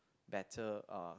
better uh